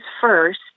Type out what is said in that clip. first